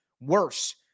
worse